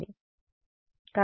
విద్యార్థి ప్రతిబింబం